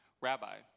Rabbi